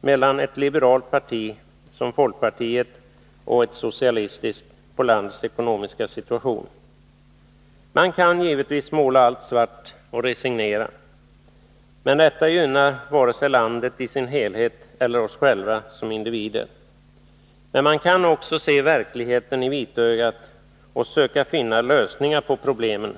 mellan ett liberalt parti som folkpartiet och ett socialistiskt parti på landets ekonomiska situation. Man kan givetvis måla allt svart och resignera — men detta gynnar inte vare sig landet i dess helhet eller oss själva som individer. Men man kan också se verkligheten i vitögat och söka finna lösningar på problemen.